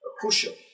crucial